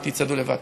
לא תצעדו לבד.